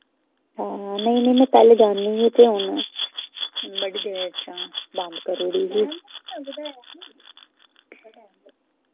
हां नेईं नेईं मैं पैह्ले बड़ी देर च